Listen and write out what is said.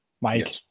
Mike